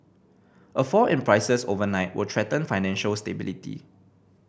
a fall in prices overnight will threaten financial stability